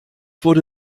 wurde